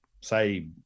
say